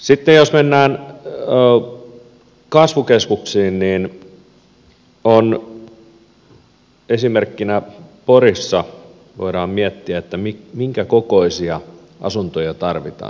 sitten jos mennään kasvukeskuksiin niin esimerkkinä pori voidaan miettiä minkä kokoisia asuntoja tarvitaan